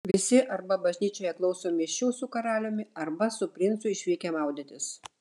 visi arba bažnyčioje klauso mišių su karaliumi arba su princu išvykę maudytis